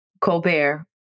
Colbert